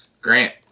Grant